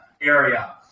area